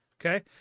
Okay